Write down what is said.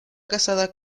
casada